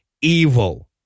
evil